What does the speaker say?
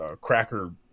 cracker